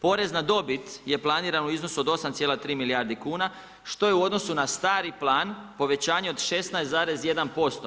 Porez na dobit je planiran u iznosu od 8,3 milijardi kuna što je u odnosu na stari plan povećanje od 16,1%